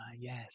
yes